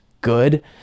good